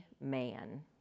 man